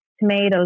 tomatoes